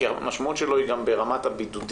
כי הרי המשמעות שלו היא גם ברמת הבידודים